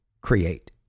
create